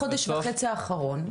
בחודש וחצי האחרון איך זה הולך?